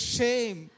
shame